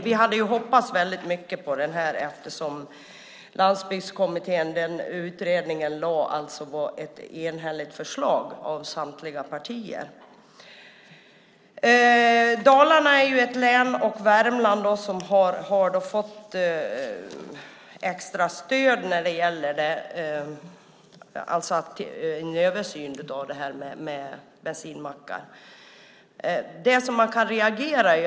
Vi hade hoppats väldigt mycket på detta eftersom Landsbygdskommittén lade fram ett förslag där samtliga partier var eniga. Dalarna och Värmland är län som har fått extra stöd för en översyn av bensinmackarna.